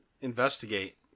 Investigate